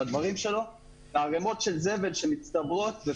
וערמות של זבל שמצטברות.